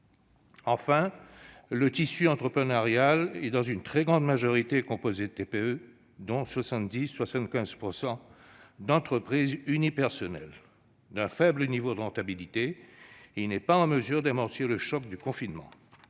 Le tissu entrepreneurial est en très grande majorité composé de TPE, dont 70 % à 75 % d'entreprises unipersonnelles. D'un faible niveau de rentabilité, il n'est pas en mesure d'amortir le choc du confinement.